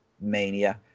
Mania